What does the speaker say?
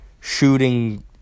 shooting